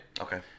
Okay